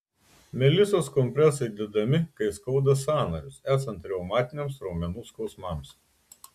melisos kompresai dedami kai skauda sąnarius esant reumatiniams raumenų skausmams